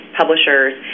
publishers